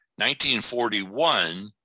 1941